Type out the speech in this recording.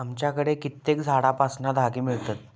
आमच्याकडे कित्येक झाडांपासना धागे मिळतत